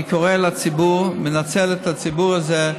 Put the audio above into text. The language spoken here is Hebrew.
אני קורא לציבור לנצל את זה כדי